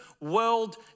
world